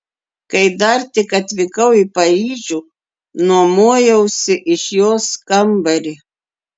kai dar tik atvykau į paryžių nuomojausi iš jos kambarį